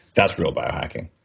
that's real biohacking.